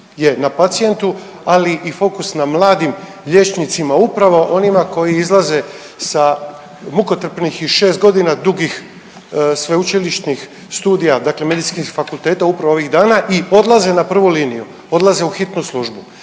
na pacijentu, ali i fokus na mladim liječnicima upravo onima koji izlaze sa mukotrpnih i šest godina dugih sveučilišnih studija, dakle medicinskih fakulteta upravo ovih dana i odlaze na prvu liniju, odlaze u hitnu službu.